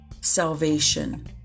salvation